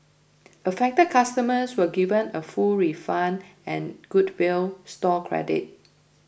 affected customers were given a fool refund and goodwill store credit